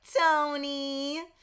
Tony